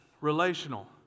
Relational